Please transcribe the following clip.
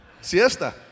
Siesta